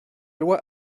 loi